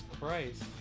Christ